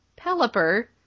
Pelipper